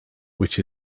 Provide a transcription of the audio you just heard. which